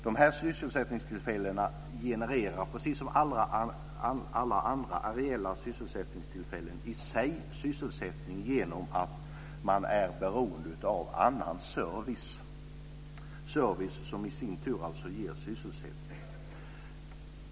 Dessa sysselsättningstillfällen genererar, precis som alla andra areella sysselsättningstillfällen, i sig sysselsättning genom att man är beroende av annan service - service som i sin tur ger sysselsättning.